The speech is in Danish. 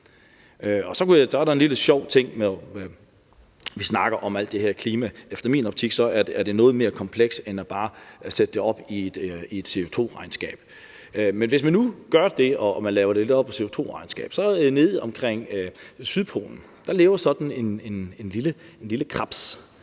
Så er der en lille sjov ting, når vi snakker om alt det her med klima. I min optik er det noget mere komplekst end bare at sætte det op i et CO2-regnskab. Men hvis man nu gør det og gør det op i et CO2-regnskab, kan jeg fortælle, at der nede omkring Sydpolen lever sådan en lille krebs.